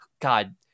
God